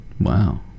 Wow